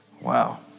Wow